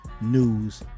News